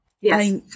Yes